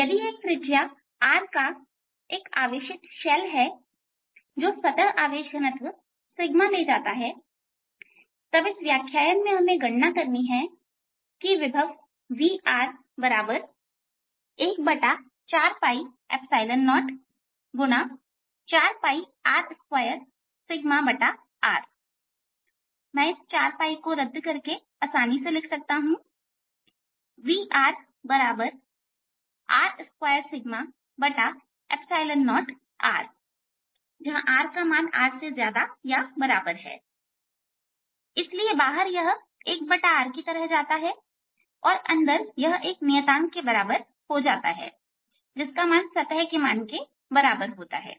यदि एक त्रिज्या r का एक आवेशित शैल है जो सतह आवेश घनत्व ले जाता है तब हमें इस व्याख्यान में गणना करनी है कि विभव Vr1404R2rमैं इस 4को रद्द करके इसे आसानी से लिख सकता हूं VrR20rजहां rRइसलिए बाहर यह 1r की तरह जाता है और अंदर यह एक नियतांक के बराबर हो जाता है जिसका मान सतह के मान के बराबर होता है